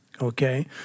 okay